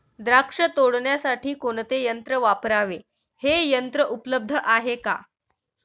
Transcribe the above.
द्राक्ष तोडण्यासाठी कोणते यंत्र वापरावे? हे यंत्र उपलब्ध आहे का?